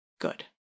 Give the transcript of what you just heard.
Good